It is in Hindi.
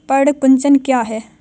पर्ण कुंचन क्या है?